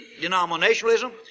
denominationalism